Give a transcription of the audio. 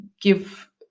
give